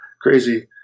crazy